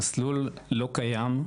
המסלול לא קיים,